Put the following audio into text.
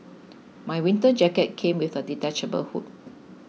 my winter jacket came with a detachable hood